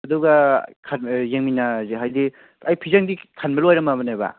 ꯑꯗꯨꯒ ꯌꯦꯡꯃꯤꯟꯅꯔꯁꯦ ꯍꯥꯏꯗꯤ ꯑꯩ ꯐꯤꯖꯪꯗꯤ ꯈꯟꯕ ꯂꯣꯏꯔꯝꯃꯕꯅꯦꯕ